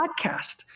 podcast